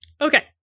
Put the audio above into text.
Okay